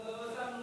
לא שמנו לב,